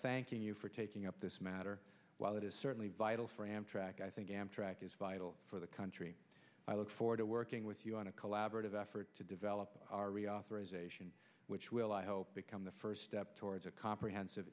thanking you for taking up this matter while it is certainly vital for amtrak i think amtrak is vital for the country i look forward to working with you on a collaborative effort to develop our reauthorization which will i hope become the first step towards a comprehensive